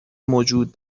موجود